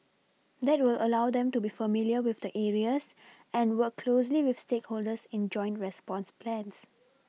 that will allow them to be familiar with the areas and work closely with stakeholders in joint response plans